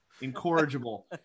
Incorrigible